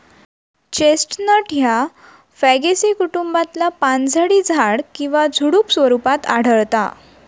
chestnut ह्या Fagaceae कुटुंबातला पानझडी झाड किंवा झुडुप स्वरूपात आढळता